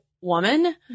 woman